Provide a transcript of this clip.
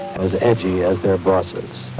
as edgy as their bosses.